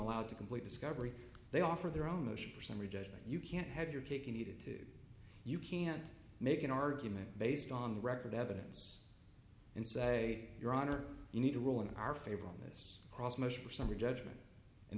allowed to complete discovery they offered their own motion for summary judgment you can't have your cake and eat it too you can't make an argument based on the record evidence and say your honor you need to rule in our favor on this cross motion for summary judgment and